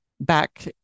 back